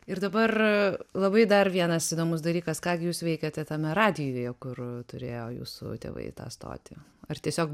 ir dabar labai dar vienas įdomus dalykas ką gi jūs veikėte tame radijuje kur turėjo jūsų tėvai tą stotį ar tiesiog